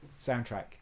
soundtrack